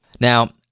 Now